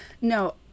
No